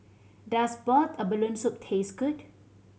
does boiled abalone soup taste good